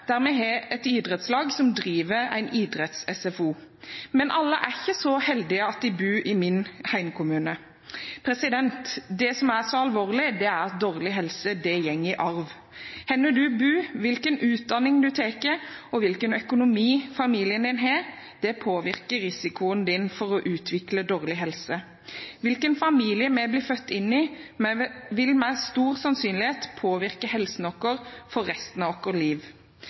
der vi har et idrettslag som driver en idretts-SFO. Men ikke alle er så heldige at de bor i min hjemkommune. Det som er så alvorlig, er at dårlig helse går i arv. Hvor man bor, hvilken utdanning man tar og hvilken økonomi familien har, påvirker risikoen for å utvikle dårlig helse. Hvilken familie vi blir født inn i, vil med stor sannsynlighet påvirke helsen vår for resten